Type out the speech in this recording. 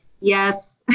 Yes